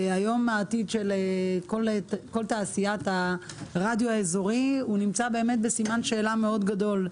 היום העתיד של כל תעשיית הרדיו האזורי נמצא בסימן שאלה גדול מאוד.